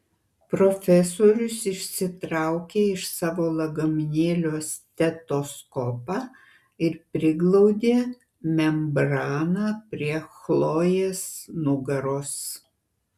profesorius išsitraukė iš savo lagaminėlio stetoskopą ir priglaudė membraną prie chlojės nugaros